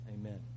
Amen